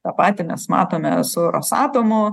tą patį mes matome su rosatomu